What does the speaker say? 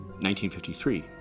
1953